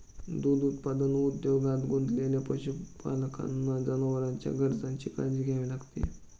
दूध उत्पादन उद्योगात गुंतलेल्या पशुपालकांना जनावरांच्या गरजांची काळजी घ्यावी लागते